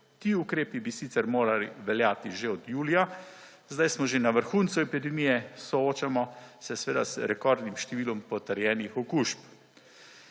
Ti ukrepi bi sicer morali veljati že od julija sedaj smo že na vrhuncu epidemije, soočamo se seveda z rekordnim številom potrjenih okužb,